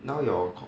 now your